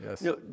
Yes